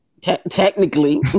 Technically